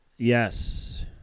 Yes